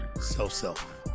self-self